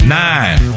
nine